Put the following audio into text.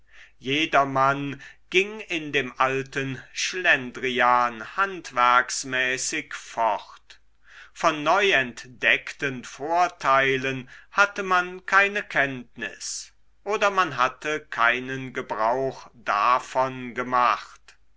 jedermann ging in dem alten schlendrian handwerksmäßig fort von neu entdeckten vorteilen hatte man keine kenntnis oder man hatte keinen gebrauch davon gemacht